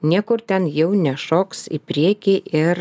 niekur ten jau nešoks į priekį ir